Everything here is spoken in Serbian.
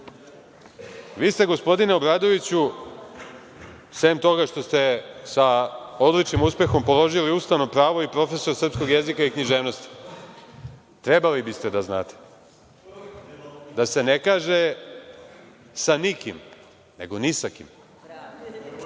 ste, gospodine Obradoviću, sem toga što ste sa odličnim uspehom položili ustavno pravo i profesor srpskog jezika i književnosti, trebali biste da znate da se ne kaže „sa nikim“, nego „ni sa kim“.